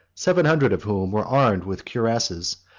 seven hundred of whom were armed with cuirasses,